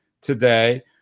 today